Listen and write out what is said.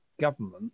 government